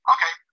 Okay